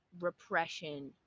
repression